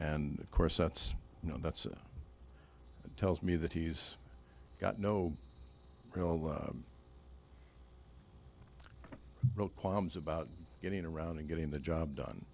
and of course that's you know that's tells me that he's got no real real qualms about getting around and getting the job done